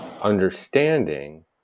understanding